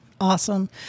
Awesome